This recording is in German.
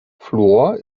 fluor